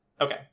Okay